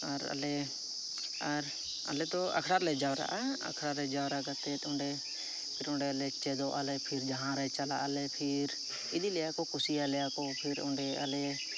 ᱟᱨ ᱟᱞᱮ ᱟᱨ ᱟᱞᱮᱫᱚ ᱟᱠᱷᱲᱟᱨᱮᱞᱮ ᱡᱟᱣᱨᱟᱜᱼᱟ ᱟᱠᱷᱲᱟᱨᱮ ᱡᱟᱣᱨᱟ ᱠᱟᱛᱮᱫ ᱚᱸᱰᱮ ᱚᱸᱰᱮᱞᱮ ᱪᱮᱫᱚᱜ ᱟᱞᱮ ᱯᱷᱤᱨ ᱡᱟᱦᱟᱸᱨᱮ ᱪᱟᱞᱟᱜᱟᱞᱮ ᱯᱷᱤᱨ ᱤᱫᱤᱞᱮᱭᱟᱠᱚ ᱠᱩᱥᱤᱭᱟᱞᱮᱭᱟᱠᱚ ᱯᱷᱤᱨ ᱚᱸᱰᱮ ᱟᱞᱮ